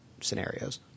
scenarios